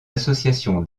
association